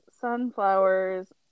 sunflowers